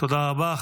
תודה רבה.